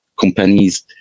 companies